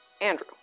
andrew